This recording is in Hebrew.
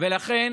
לכן